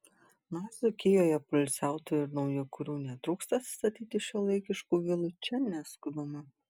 nors dzūkijoje poilsiautojų ir naujakurių netrūksta statyti šiuolaikiškų vilų čia neskubama